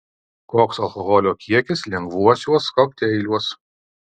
koks alkoholio kiekis lengvuosiuos kokteiliuos